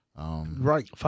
Right